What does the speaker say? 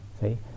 See